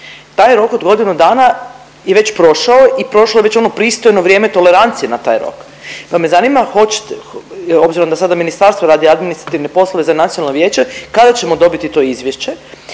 Taj rok od godinu dana je već prošao i prošlo je već ono pristojno vrijeme tolerancije na taj rok, pa me zanima, obzirom da sada ministarstvo radi administrativne poslove za nacionalno vijeće, kada ćemo dobiti to izvješće